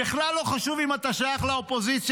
ובכלל לא חשוב אם אתה שייך לאופוזיציה,